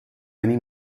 many